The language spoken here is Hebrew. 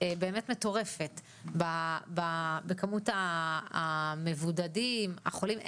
ובאמת מטורפת בכמות המבודדים והחולים.